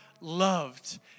loved